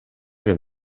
wiem